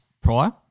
prior